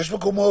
משחק כדורגל,